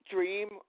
Dream